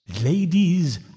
Ladies